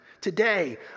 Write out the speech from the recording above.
Today